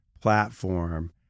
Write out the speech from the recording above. platform